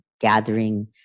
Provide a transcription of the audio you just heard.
gathering